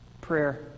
Prayer